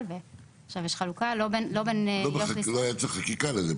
ועכשיו יש חלוקה לא בין --- לא היה צריך חקיקה לזה,